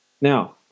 Now